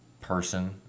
person